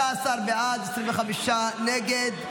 15 בעד, 25 נגד.